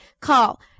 Call